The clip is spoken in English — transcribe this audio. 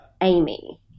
Amy